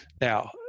Now